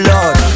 Lord